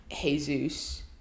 Jesus